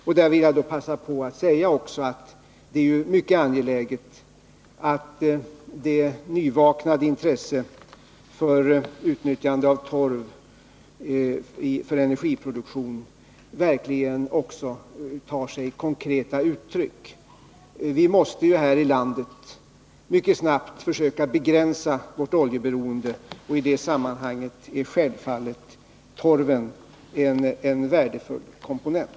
Jag vill begagna tillfället att säga att det är mycket angeläget att det nyvaknade intresset för utnyttjande av torv för energiproduktion verkligen också tar sig konkreta uttryck. Vi måste här i landet mycket snabbt försöka begränsa vårt oljeberoende, och i det sammanhanget är självfallet torven en värdefull komponent.